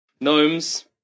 gnomes